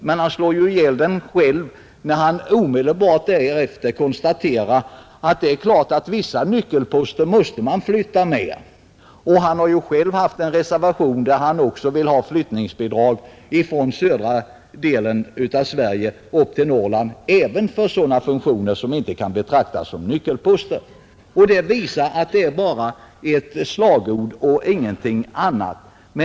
Men han slår ju samtidigt ihjäl denna princip när han omedelbart därefter konstaterar att vissa nyckelposter självfallet måste flyttas med. Herr Nilsson har ju själv i en reservation föreslagit bidrag för flyttning från södra delen av Sverige till Norrland, även för sådana funktioner som inte kan betraktas som nyckelposter. Det visar att detta bara är slagord och ingenting annat.